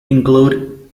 include